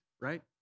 right